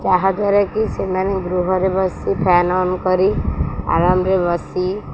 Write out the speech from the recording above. ଯାହାଦ୍ୱାରା କି ସେମାନେ ଗୃହରେ ବସି ଫ୍ୟାନ୍ ଅନ୍ କରି ଆରାମରେ ବସି